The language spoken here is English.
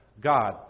God